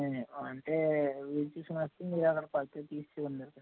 అంటే వీలు చూసుకుని వస్తే మీరు వాళ్ళ కొలతలు తీసుకొందురు